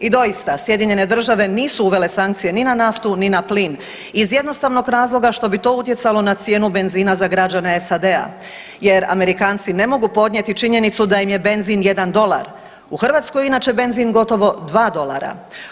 I doista Sjedinjene države nisu uvele sankcije ni na naftu ni na plin iz jednostavnog razloga što bi to utjecalo na cijenu benzina za građane SAD-a jer Amerikanci ne mogu podnijeti činjenicu da im je benzin jedan dolar, u Hrvatskoj je inače benzin gotovo dva dolara.